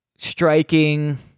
striking